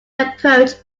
approach